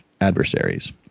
adversaries